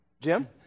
Jim